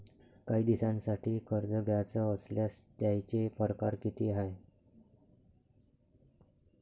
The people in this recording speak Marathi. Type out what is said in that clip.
कायी दिसांसाठी कर्ज घ्याचं असल्यास त्यायचे परकार किती हाय?